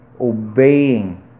obeying